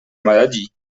maladie